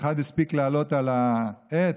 אחד הספיק לעלות על העץ,